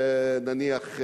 נניח,